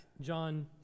John